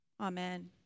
Amen